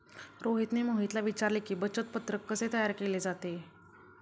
रोहितने मोहितला विचारले की, बचत पत्रक कसे तयार केले जाते?